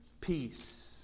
peace